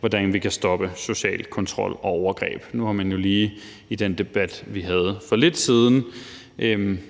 hvordan vi kan stoppe social kontrol og overgreb. Nu har man jo lige i den debat, vi havde for lidt siden,